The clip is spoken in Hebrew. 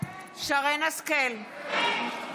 נגד